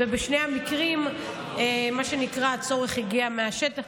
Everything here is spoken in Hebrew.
בשני המקרים, מה שנקרא, הצורך הגיע מהשטח.